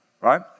right